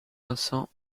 vincent